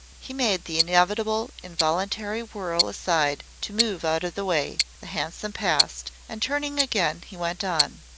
he made the inevitable involuntary whirl aside to move out of the way, the hansom passed, and turning again, he went on.